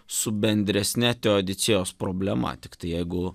su bendresne teodicėjos problema tiktai jeigu